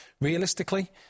Realistically